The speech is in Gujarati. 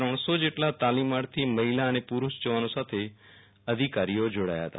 ત્રણસો જેટલા તાલીમાર્થી મહિલા અને પુરૂષ જવાનો સાથે અધિકારીઓ જોડાયા હતા